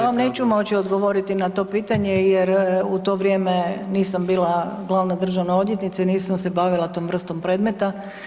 Ja vam neću moći odgovoriti na to pitanje jer u to vrijeme nisam bila glavna državna odvjetnica i nisam se bavila tom vrstom predmeta.